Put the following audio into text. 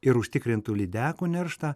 ir užtikrintų lydekų nerštą